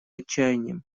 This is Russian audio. отчаянием